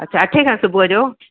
अच्छा अठे खां सुॿुह जो